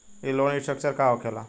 ई loan restructure का होखे ला?